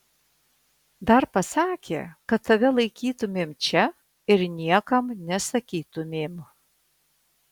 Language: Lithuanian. dar pasakė kad tave laikytumėm čia ir niekam nesakytumėm